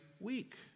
week